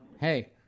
hey